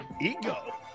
Ego